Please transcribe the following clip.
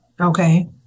Okay